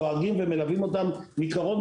דואגים ומלווים אותם מקרוב.